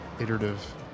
iterative